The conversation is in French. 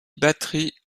batteries